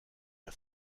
der